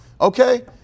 Okay